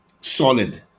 solid